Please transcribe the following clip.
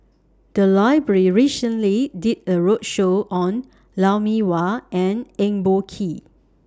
The Library recently did A roadshow on Lou Mee Wah and Eng Boh Kee